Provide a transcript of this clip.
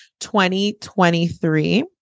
2023